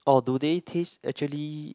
or do they taste actually